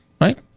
Right